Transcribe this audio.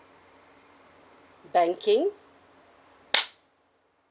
banking